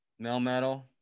Melmetal